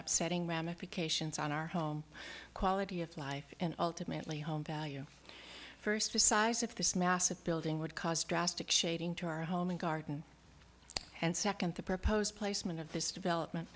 up setting ramifications on our home quality of life and ultimately home value first besides if this massive building would cause drastic shading to our home and garden and second the proposed placement of this development